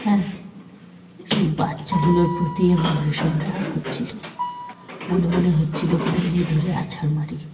হ্যাঁ সেই বাচ্চাগুলোর প্রতি আমার ভীষণ রাগ হচ্ছিলো মনে মনে হচ্ছিলো পেলে ধরে আছাড় মারি